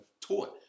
taught